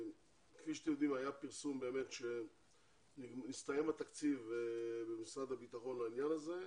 כפי שאתם יודעים היה פרסום שהסתיים התקציב במשרד הביטחון לעניין הזה,